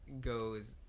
goes